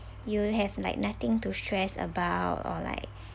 you'll have like nothing to stress about or like